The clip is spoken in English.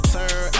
Turn